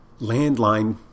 landline